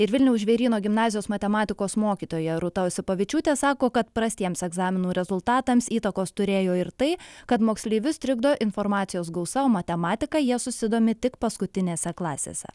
ir vilniaus žvėryno gimnazijos matematikos mokytoja rūta osipavičiūtė sako kad prastiems egzaminų rezultatams įtakos turėjo ir tai kad moksleivius trikdo informacijos gausa o matematika jie susidomi tik paskutinėse klasėse